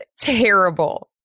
terrible